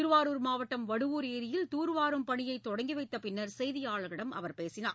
திருவாரூர் மாவட்டம் வடுவூர் ஏரியில் தூர்வாரும் பணியில் தொடங்கி வைத்த பின்னர் செய்தியாளர்களிடம் அவர் பேசினார்